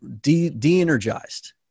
de-energized